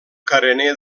carener